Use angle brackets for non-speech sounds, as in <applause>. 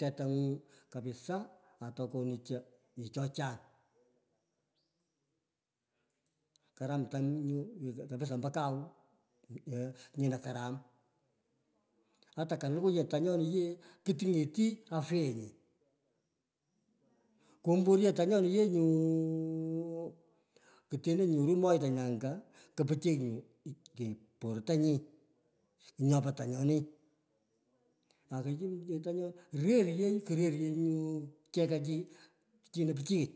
tetong'u kapisaa. Oto honin karam nyu ripe che yu chochang. Karam tany nyu <hesitation> hapisan ambo kau, nyino karam ata kolonwu yer tanyon yee kuting'eti afyenyi kumbur ye tanyon, yee nyuw kuteno pertany nyoru moghtangi anga kupithy nyu nyopo tanyoni, akuyiya tanyons, veruyo chekach. Chin pichiyech.